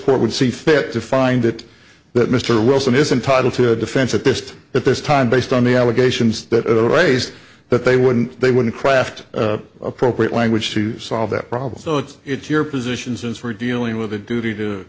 court would see fit to find it that mr wilson is entitled to a defense at this time at this time based on the allegations that a raise that they wouldn't they wouldn't craft appropriate language to solve that problem so it's it's your position since we're dealing with a duty to